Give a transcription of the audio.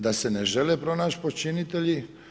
Da se ne žele pronać počinitelji?